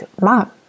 mom